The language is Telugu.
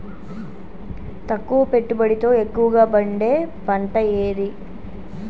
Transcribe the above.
తక్కువ పెట్టుబడితో ఎక్కువగా పండే పంట ఏది?